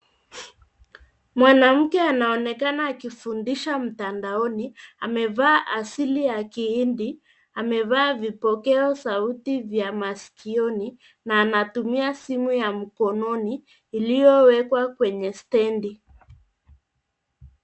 Mwanamke anaonekana akifundisha mtandaoni, amevaa asili ya kihindi. Amevaa vipokea sauti vya maskioni, na anatumia simu ya mkononi iliyowekwa kwenye stendi.